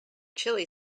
chilli